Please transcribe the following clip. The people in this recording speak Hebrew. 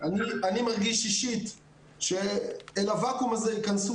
אני מרגיש אישית שאל הוואקום הזה יכנסו